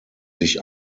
sich